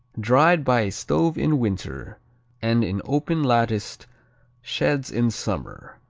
dried by a stove in winter and in open latticed sheds in summer.